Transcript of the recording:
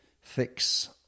fix